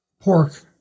pork